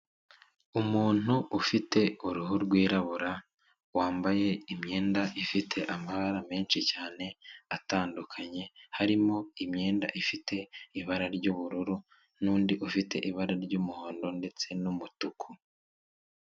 Umuntu ufite uruhu rwirabura, wambaye imyenda ifite amabara menshi cyane atandukanye, harimo imyenda ifite ibara ry'ubururu n'undi ufite ibara ry'umuhondo ndetse n'umutuku.